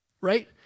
Right